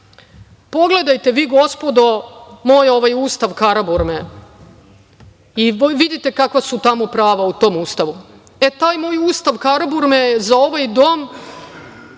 pogledajte vi, gospodo, moj ovaj ustav Karaburme i vidite kakva su tamo prava u tom ustavu. Taj moj ustav Karaburme za ovaj dom